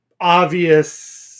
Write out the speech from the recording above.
obvious